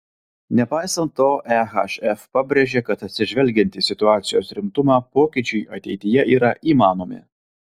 nepaisant to ehf pabrėžė kad atsižvelgiant į situacijos rimtumą pokyčiai ateityje yra įmanomi